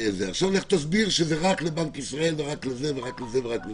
לך תסביר שזה רק לבנק ישראל ורק לשב"כ וכו'.